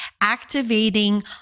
activating